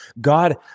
God